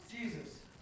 Jesus